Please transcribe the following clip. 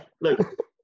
Look